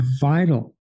vital